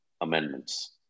Amendments